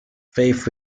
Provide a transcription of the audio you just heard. faith